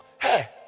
hey